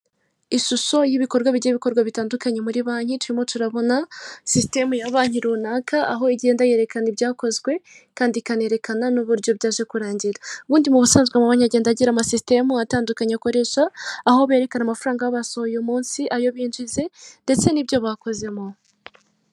Ishusho y'ibikorwa bigiye bikorwa bitandukanye muri banki, turimo turabona sisitemu ya banki runaka aho igenda yerekana ibyakozwe kandi ikanerekana n'uburyo byaje kurangira. Ubundi m'ubusanzwe amabanki agenda agira amasisitemu atandukanye akoresha aho berekana amafaranga baba basohoye uyu munsi ayo binjize ndetse n'ibyo bakozemo.